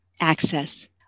access